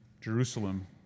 Jerusalem